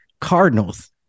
Cardinals